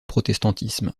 protestantisme